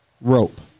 rope